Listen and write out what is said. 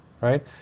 right